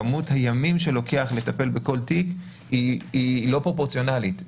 כמות הימים שלוקח לטפל בכל תיק היא לא פרופורציונלית.